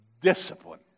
discipline